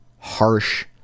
harsh